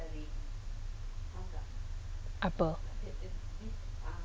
apa